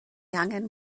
angen